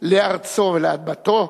לארצו ולאדמתו,